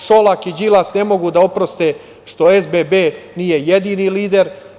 Šolak i Đilas ne mogu da oproste što SBB nije jedini lider.